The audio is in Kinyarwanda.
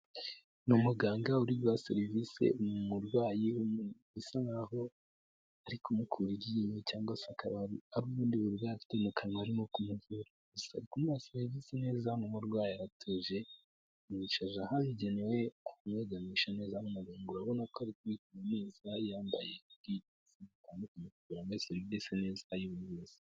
Ni umuganga uri guha serivisi umurwayi usa nk'aho ari kumukura iryinyo cyangwa se akaba ari ubundi burwayi afite mu kanwa arimo kumuvura, ndetse ari kumuha servisi neza n'umurwayi aratuje, yamwicaje ahabugenewe aramwegamisha neza ari umuganga, urabona ko ari kubikora neza, yambaye ubwirinzi butanduanye kugira ngo amuhe serivisi neza yivuze.